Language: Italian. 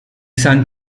san